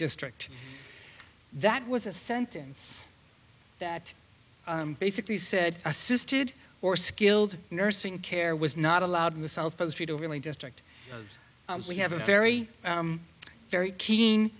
district that was a sentence that basically said assisted or skilled nursing care was not allowed in the south pole st overly district we have a very very keen